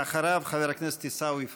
אחריו, חבר הכנסת עיסאווי פריג'.